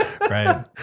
Right